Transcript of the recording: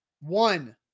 one